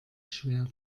schwer